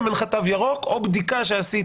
אם אין לך תו ירוק או בדיקה שעשית.